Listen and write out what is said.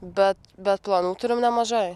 bet bet planų turim nemažai